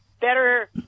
better